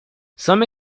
some